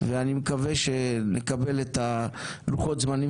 ואני מקווה שנקבל את לוחות הזמנים